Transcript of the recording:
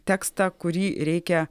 tekstą kurį reikia